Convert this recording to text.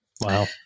Wow